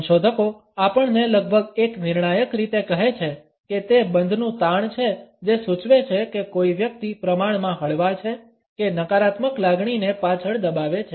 સંશોધકો આપણને લગભગ એક નિર્ણાયક રીતે કહે છે કે તે બંધનું તાણ છે જે સૂચવે છે કે કોઈ વ્યક્તિ પ્રમાણમાં હળવા છે કે નકારાત્મક લાગણીને પાછળ દબાવે છે